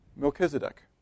Melchizedek